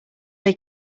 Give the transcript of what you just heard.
they